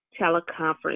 teleconference